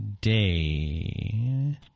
day